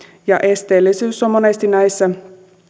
ja esteellisyys on monesti näissä